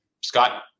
Scott